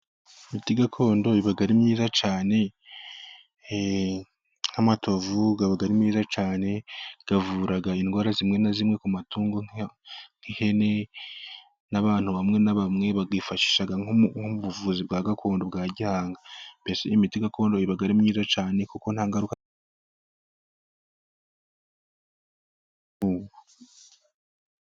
Imiti gakondo iba ari myiza cyane . Nk'amatovu aba ari meza cyane ,avura indwara zimwe na zimwe ku matungo: nk'ihene n'abantu bamwe na bamwe bafashisha ubuvuzi bwa gakondo bwa gihanga. Imiti gakondo iba ari myiza cyane, kuko nta ngaruka.